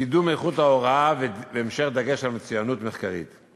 קידום איכות ההוראה והמשך דגש על מצוינות מחקרית.